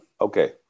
okay